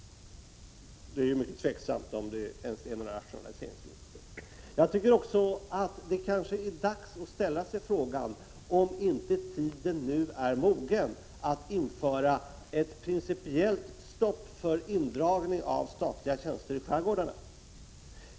Det är tveksamt om det ens blir några rationaliseringsvinster. Jag tycker också att det är dags att ställa sig frågan om inte tiden nu är mogen att införa ett principiellt stopp för indragning av statliga tjänster i skärgårdarna.